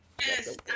Yes